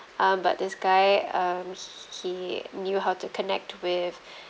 um but this guy um he he he knew how to connect with